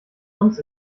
uns